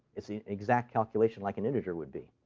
it's an exact calculation like an integer would be.